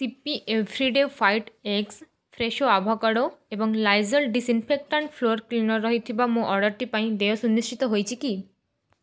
C P everyday white eggs Fresho avocado ଏବଂ Lizol disinfectant floor cleaner ରହିଥିବା ମୋ ଅର୍ଡ଼ର୍ଟି ପାଇଁ ଦେୟ ସୁନିଶ୍ଚିତ ହୋଇଛି କି